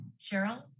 Cheryl